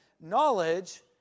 knowledge